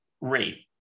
rate